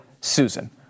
Susan